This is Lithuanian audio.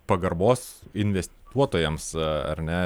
pagarbos investuotojams ar ne